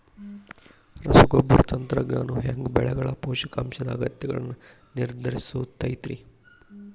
ರಸಗೊಬ್ಬರ ತಂತ್ರಜ್ಞಾನವು ಹ್ಯಾಂಗ ಬೆಳೆಗಳ ಪೋಷಕಾಂಶದ ಅಗತ್ಯಗಳನ್ನ ನಿರ್ಧರಿಸುತೈತ್ರಿ?